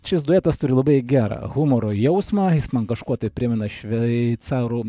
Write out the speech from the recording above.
šis duetas turi labai gerą humoro jausmą jis man kažkuo tai primena šveicarų